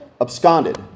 absconded